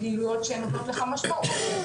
פעילויות שנותנות לך משמעות,